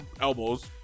elbows